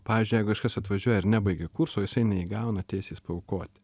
pavyzdžiui jeigu kažkas atvažiuoja ir nebaigia kurso jisai neįgauna teisės paaukoti